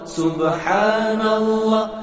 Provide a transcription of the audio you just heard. subhanallah